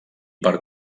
per